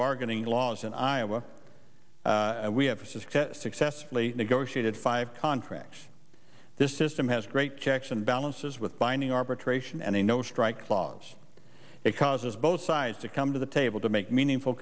bargaining laws in iowa we have just successfully negotiated five contracts this system has great checks and balances with binding arbitration and a no strikes laws it causes both sides to come to the table to make meaningful